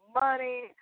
money